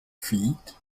feet